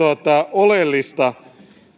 oleellista